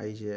ꯑꯩꯁꯦ